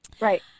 right